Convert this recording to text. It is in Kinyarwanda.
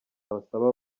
basaba